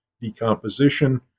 decomposition